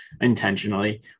intentionally